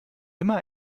immer